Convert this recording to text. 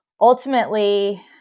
ultimately